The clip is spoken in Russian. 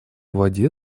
воде